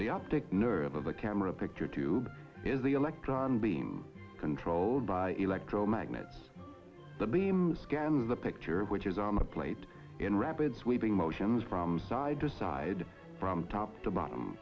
the optic nerve of the camera picture tube is the electron beam controlled by electromagnets the beam scans the picture which is on the plate in rapid sweeping motions from side to side from top to bottom